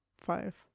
Five